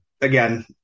Again